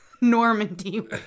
Normandy